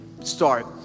start